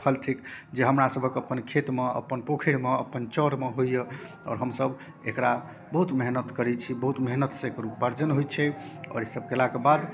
फल थिक जे हमरासबके अपन खेतमे अपन पोखरिमे अपन चऽरमे होइए आओर हमसब एकरा बहुत मेहनति करै छी बहुत मेहनतिसँ एकर उपार्जन होइ छै आओर ईसब कएलाके बाद